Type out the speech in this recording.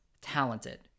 talented